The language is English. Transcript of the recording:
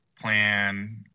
plan